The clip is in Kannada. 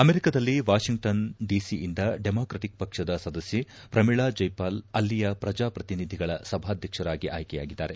ಅಮೆರಿಕದಲ್ಲಿ ವಾಷಿಂಗ್ಟನ್ ಡಿಸಿಯಿಂದ ಡೆಮಾಕ್ರಟಿಕ್ ಪಕ್ಷದ ಸದಸ್ಯೆ ಪ್ರಮೀಳಾ ಜೈಪಾಲ್ ಅಲ್ಲಿಯ ಪ್ರಜಾಪ್ರತಿನಿಧಿಗಳ ಸಭಾಧ್ಯಕ್ಷರಾಗಿ ಆಯ್ಲೆಯಾಗಿದ್ದಾರೆ